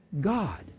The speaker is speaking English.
God